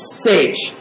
stage